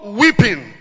weeping